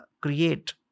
create